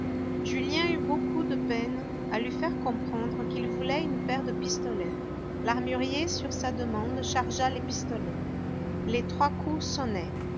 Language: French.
julien eut beaucoup de peine à lui faire comprendre qu'il voulait une paire de pistolets l'armurier sur sa demande chargea les pistolets les trois coups